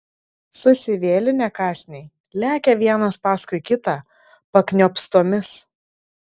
susivėlinę kąsniai lekia vienas paskui kitą pakniopstomis